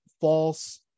false